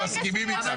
אנחנו מסכימים איתך.